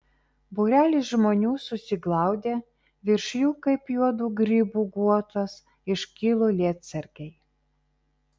būrelis žmonių susiglaudė virš jų kaip juodų grybų guotas iškilo lietsargiai